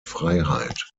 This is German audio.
freiheit